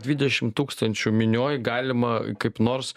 dvidešim tūkstančių minioj galima kaip nors